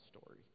story